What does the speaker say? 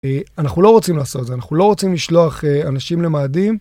אנחנו לא רוצים לעשות זה, אנחנו לא רוצים לשלוח אנשים למאדים.